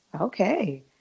Okay